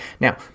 Now